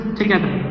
together